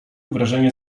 wrażenie